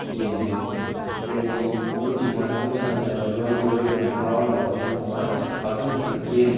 ꯒꯦꯝꯁꯦ ꯐ꯭ꯔꯦꯟꯂꯤ ꯃꯔꯨꯞꯁꯤꯡꯒ ꯑꯗꯨꯝ ꯁꯥꯟꯅꯃꯤꯟꯅꯕ ꯖꯣꯏꯟ ꯏꯟꯖꯣꯏ ꯇꯧꯃꯤꯟꯅꯕ ꯍꯔꯥꯎꯃꯤꯟꯅꯕꯁꯨ ꯑꯗꯨꯝ ꯅꯨꯡꯉꯥꯏ ꯑꯗꯨ ꯅꯠꯇ꯭ꯔꯁꯨ ꯒꯦꯝ